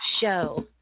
show